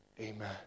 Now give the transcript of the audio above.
Amen